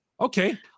okay